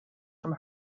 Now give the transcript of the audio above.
from